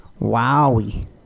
Wowie